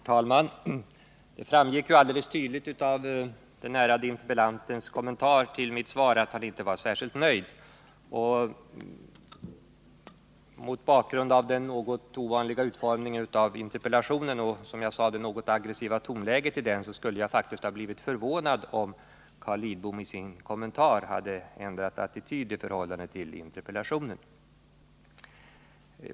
Herr talman! Det framgick alldeles tydligt av den ärade interpellantens kommentar till mitt svar att han inte var särskilt nöjd. Mot bakgrund av den något ovanliga utformningen av interpellationen och, som jag sade, det något aggressiva tonläget i den, skulle jag faktiskt ha blivit förvånad om Carl Lidbom i sin kommentar hade ändrat attityd i förhållande till i interpellationen.